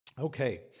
Okay